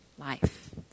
life